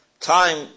time